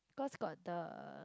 cause got the